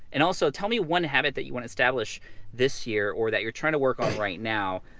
and also tell me one habit that you wanna establish this year or that you're trying to work on right now.